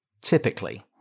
typically